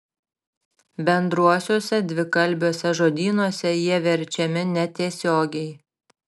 bendruosiuose dvikalbiuose žodynuose jie verčiami netiesiogiai